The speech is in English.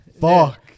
Fuck